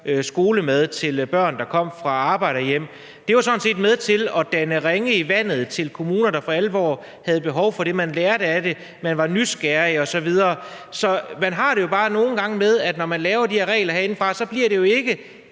skolemad til børn, der kom fra arbejderhjem. Det var sådan set med til at danne ringe i vandet til kommuner, der for alvor havde behov for det; man lærte af det, man var nysgerrig osv. Det har det jo bare nogle gange med at være sådan, når man laver de her regler herinde, at så bliver det ikke